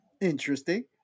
interesting